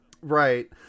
right